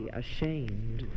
ashamed